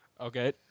Okay